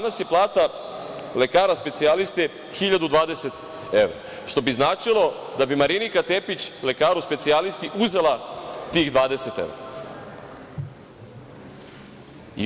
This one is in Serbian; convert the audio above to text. Danas je plata lekara specijaliste 1.020 evra, što bi značilo da bi Marinika Tepić lekaru specijalisti uzela tih 20 evra.